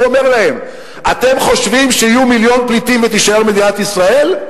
הוא אומר להם: אתם חושבים שיהיו מיליון פליטים ותישאר מדינת ישראל?